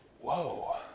whoa